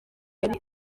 yari